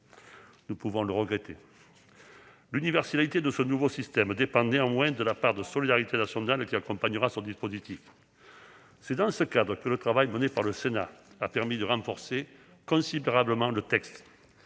nous pouvons le regretter ... L'universalité de ce nouveau système dépendra néanmoins de la part de solidarité nationale qui accompagnera le dispositif. C'est dans ce cadre que le travail mené par le Sénat aura permis de renforcer considérablement le texte.